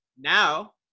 Now